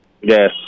Yes